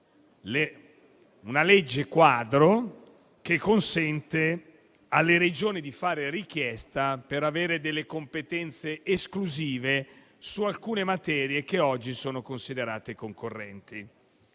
una legge quadro che consente alle Regioni di fare richiesta per avere competenze esclusive in alcune materie che oggi sono considerate concorrenti.